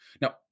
Now